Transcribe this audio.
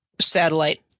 satellite